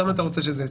כמה אתה רוצה שזה יצא?